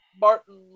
Martin